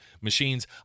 machines